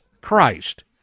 Christ